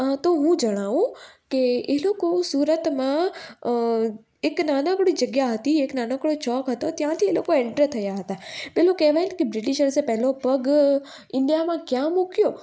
તો હું જણાવું કે એ લોકો સુરતમાં એક નાનકડી જગ્યા હતી એક નાનકડો ચોક હતો ત્યાંથી એ લોકો એન્ટર થયા હતા પેલું કહેવાય ને કે બ્રિટીશર્સે પહેલો પગ ઈન્ડિયામાં ક્યાં મૂક્યો